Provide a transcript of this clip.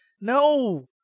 no